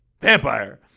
vampire